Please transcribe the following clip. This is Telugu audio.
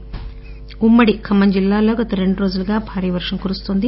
వర్గాలు ఖమ్మం ఉమ్మడి ఖమ్మం జిల్లాలో గత రెండు రోజులుగా భారీ వర్షం కురుస్తోంది